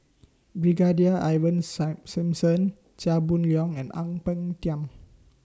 Brigadier Ivan sigh Simson Chia Boon Leong and Ang Peng Tiam